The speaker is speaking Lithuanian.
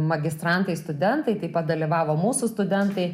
magistrantai studentai taip pat dalyvavo mūsų studentai